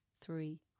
three